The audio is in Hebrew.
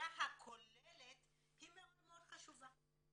והראייה הכוללת מאוד מאוד חשובה.